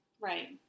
Right